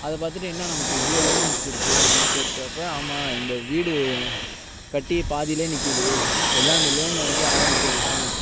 அது பார்த்துட்டு என்ன நமக்கு இவ்வளோ லோன்ஸ் இருக்கு அப்படின்னு கேக்கிறப்ப ஆமா இந்த வீடு கட்டி பாதிலேயே நிக்குது எல்லாம் இந்த லோன் வாங்கி ஆரம்பித்ததுதான்